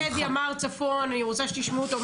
מני, מפקד ימ"ר צפון, אני רוצה שתשמעו אותו.